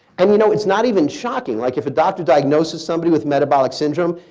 and you know it's not even shocking, like if a doctor diagnoses somebody with metabolic syndrome,